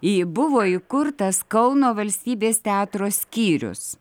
į buvo įkurtas kauno valstybės teatro skyrius